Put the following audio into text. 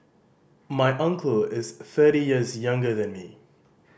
my uncle is thirty years younger than me